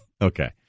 Okay